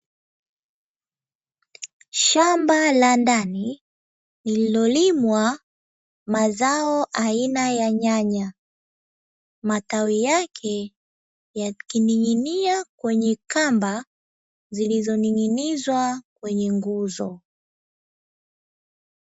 Shamba la ndani lililolimwa mazao aina ya nyanya, matawi yake yakining'inia kwenye kamba zilizo ning'inizwa kwenye nguzo.